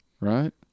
right